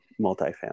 multifamily